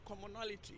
commonality